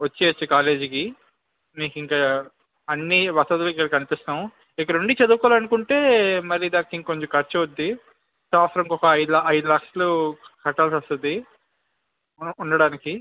వచెయ్యవచ్చు కాలేజీకి మీకు ఇంక అన్ని వసతులు ఇక్కడ కల్పిస్తాము ఇక్కడ ఉండి చదువుకోవాలనుకుంటే మరి దానికి ఇంకొంచెం ఖర్చు అవుతుంది దానికి ఒక ఐదు ఐదు లక్షలు కట్టాల్సి వస్తుంది ఉం ఉండడానికి